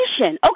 Okay